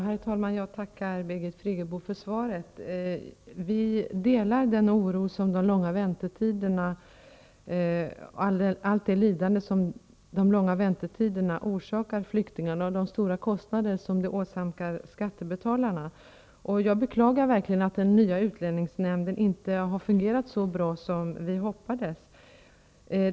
Herr talman! Jag tackar Birgit Friggebo för svaret. Birgit Friggebo och jag delar oron för allt det lidande som de långa väntetiderna orsakar flyktingarna och för de stora kostnader som detta åsamkar skattebetalarna. Jag beklagar verkligen att den nya utlänningsnämnden inte har fungerat så bra som vi hoppades.